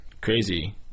crazy